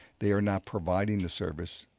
they are not providing the service,